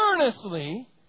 earnestly